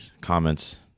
comments